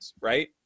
right